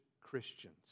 Christians